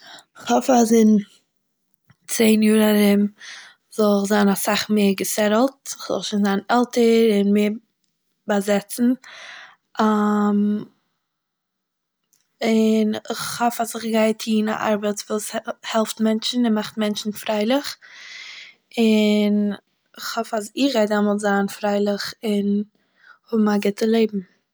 כ'האף אז אין צען יאר ארום זאל איך זיין אסאך מער געסעטעלט, איך וועל שוין זיין עלטער און מער באזעצן, און איך האף אז איך גיי טוהן א ארבעט וואס העלפט מענטשן און מאכט מענטשן פריילעך, און איך האף אז איך גיי דעמאלטס זיין פריילעך און האבן א גוטע לעבן